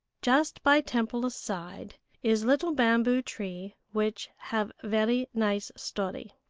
just by temple's side is little bamboo-tree which have very nice story.